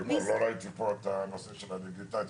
לימור, לא ראיתי פה את הנושא של הדיגיטציה.